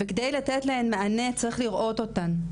וכדי לתת להן מענה צריך לראות אותן,